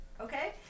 Okay